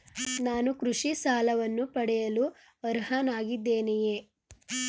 ನಾನು ಕೃಷಿ ಸಾಲವನ್ನು ಪಡೆಯಲು ಅರ್ಹನಾಗಿದ್ದೇನೆಯೇ?